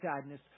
sadness